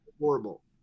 horrible